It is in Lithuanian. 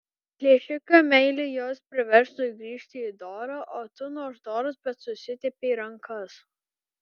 plėšiką meilė jos priverstų grįžt į dorą o tu nors doras bet susitepei rankas